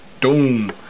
Doom